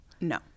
No